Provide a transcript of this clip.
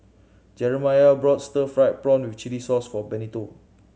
Jerimiah bought stir fried prawn with chili sauce for Benito